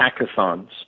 hackathons